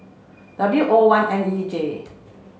W O one N E J